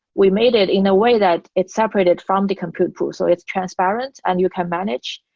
we made it in a way that it's separated from the compute pool. so it's transparent and you can manage.